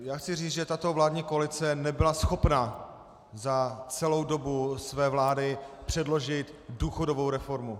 Já chci říct, že tato vládní koalice nebyla schopna za celou dobu své vlády předložit důchodovou reformu.